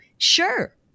Sure